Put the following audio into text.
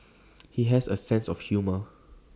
he has A sense of humour